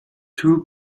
two